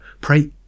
Pray